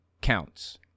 counts